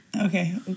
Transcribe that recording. okay